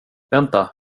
vänta